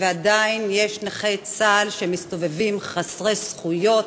ועדיין יש נכי צה"ל שמסתובבים חסרי זכויות,